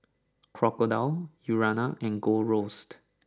Crocodile Urana and Gold Roast